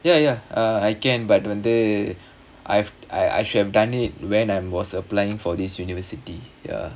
ya ya uh I can but when uh I've I I should have done it when I was applying for this university ya